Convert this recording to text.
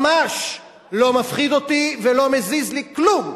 ממש, לא מפחיד אותי ולא מזיז לי כלום.